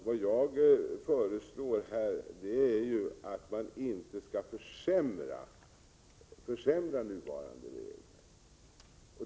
Vad jag här föreslår är ju att man inte skall försämra nuvarande regler.